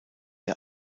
der